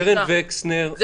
זאת בושה שאתה מדבר ככה.